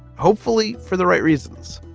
hopefully for the right reasons.